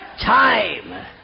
Time